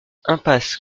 impasse